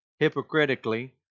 hypocritically